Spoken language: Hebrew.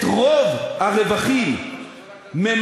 אתם עושים את, הרווח שמצפה